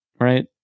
right